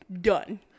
Done